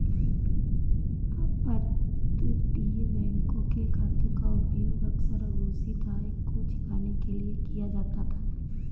अपतटीय बैंकों के खातों का उपयोग अक्सर अघोषित आय को छिपाने के लिए किया जाता था